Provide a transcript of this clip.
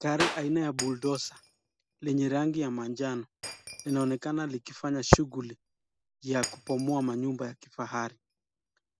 Gari aina ya bulldozer lenye rangi ya manjano inaonekana likifanya shughuli ya kubomoa manyumba ya kifahari.